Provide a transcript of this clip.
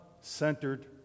centered